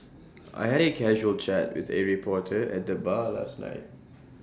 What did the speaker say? I had A casual chat with A reporter at the bar last night